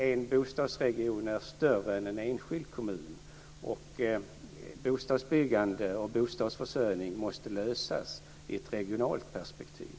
En bostadsregion är större än en enskild kommun, och bostadsbyggande och bostadsförsörjning måste klaras i ett regionalt perspektiv.